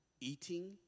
eating